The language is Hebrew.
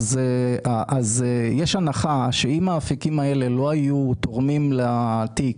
יש הנחה שאם האפיקים האלה לא היו תורמים לתיק,